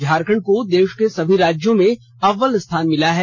झारखंड को देश के सभी राज्यों में अव्वल स्थान मिला है